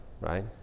right